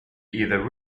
either